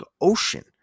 ocean